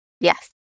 Yes